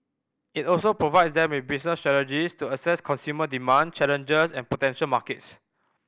it also provides them with business strategies to assess consumer demand challenger and potential markets